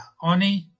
Oni